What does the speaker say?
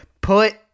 put